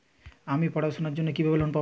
আমি পড়াশোনার জন্য কিভাবে লোন পাব?